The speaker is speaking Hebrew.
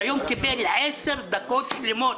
שהיום קיבל עשר דקות שלמות,